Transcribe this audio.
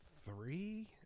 Three